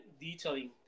detailing